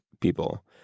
people